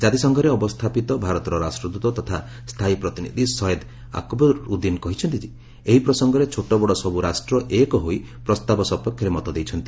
ଜାତିସଂଘରେ ଅବସ୍ଥାପିତ ଭାରତର ରାଷ୍ଟ୍ରଦୃତ ତଥା ସ୍ଥାୟୀ ପ୍ରତିନିଧି ସଏଦ ଆକବରୁଦ୍ଦିନ କହିଛନ୍ତି ଏହି ପ୍ରସଙ୍ଗରେ ଛୋଟବଡ଼ ସବୁ ରାଷ୍ଟ୍ର ଏକ ହୋଇ ପ୍ରସ୍ତାବ ସପକ୍ଷରେ ମତ ଦେଇଛନ୍ତି